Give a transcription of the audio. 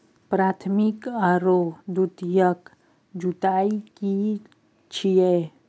प्राथमिक आरो द्वितीयक जुताई की छिये?